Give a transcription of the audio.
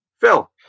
Phil